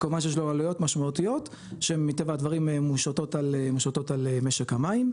כמובן שיש לו עלויות משמעותיות שהן מטבע הדברים מושתות על משק המים.